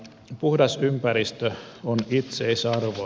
puhdas ympäristö on itseisarvo